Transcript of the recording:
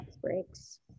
breaks